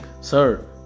sir